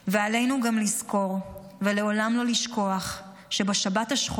ועלינו גם לזכור ולעולם לא לשכוח שבשבת השחורה